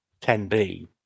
10B